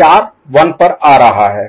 चार 1 पर आ रहा है